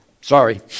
sorry